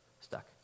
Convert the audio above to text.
stuck